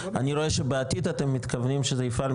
אני רואה שבעתיד אתם מתכוונים שזה יפעל,